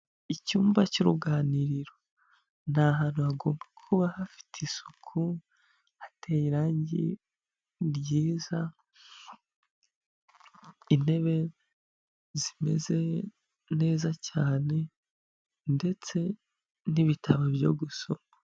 Icyumba cy'uruganiriro ni ahantu hagomba kuba hafite isuku, hateye irangi ryiza, intebe zimeze neza cyane ndetse n'ibitabo byo gusoma.